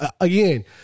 again